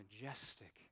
majestic